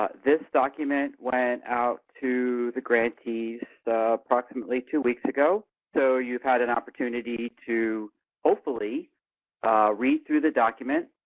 ah this document went out to the grantees approximately two weeks ago, so you've had an opportunity to hopefully read through the document.